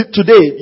today